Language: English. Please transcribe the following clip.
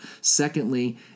Secondly